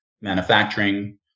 manufacturing